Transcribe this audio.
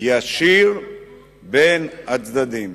ישיר בין הצדדים.